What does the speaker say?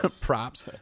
Props